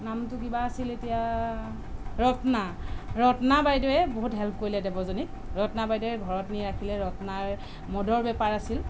নামটো কিবা আছিল এতিয়া ৰত্না ৰত্না বাইদেউৱে বহুত হেল্প কৰিলে দেৱযানীক ৰত্না বাইদেউৱে ঘৰত নি ৰাখিলে ৰত্নাৰ মদৰ বেপাৰ আছিল